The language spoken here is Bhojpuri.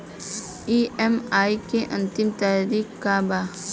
ई.एम.आई के अंतिम तारीख का बा?